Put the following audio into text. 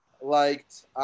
liked